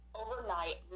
overnight